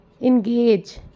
Engage